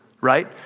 right